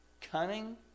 cunning